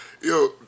Yo